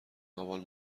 آبان